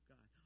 God